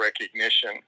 recognition